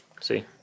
See